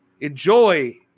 enjoy